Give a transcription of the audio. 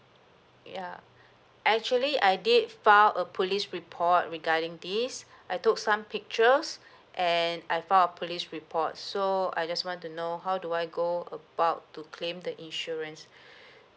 ya actually I did file a police report regarding this I took some pictures and I filed a police report so I just want to know how do I go about to claim the insurance